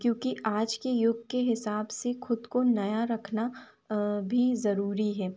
क्योंकि आज के युग के हिसाब से खुद को नया रखना भी जरूरी है